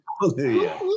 Hallelujah